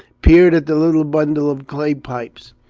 peered at the little bundle of clay pipes,